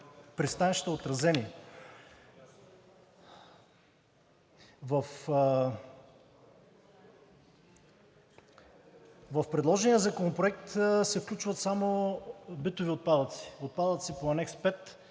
пристанищата отразени. В предложения законопроект се включват само битови отпадъци, отпадъци по Анекс